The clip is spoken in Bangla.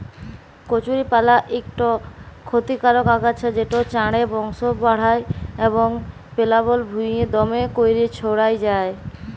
কচুরিপালা ইকট খতিকারক আগাছা যেট চাঁড়ে বংশ বাঢ়হায় এবং পেলাবল ভুঁইয়ে দ্যমে ক্যইরে ছইড়াই যায়